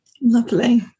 Lovely